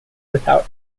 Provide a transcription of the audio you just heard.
without